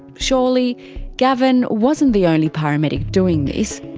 surely gavin wasn't the only paramedic doing this.